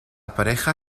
pareja